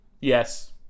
Yes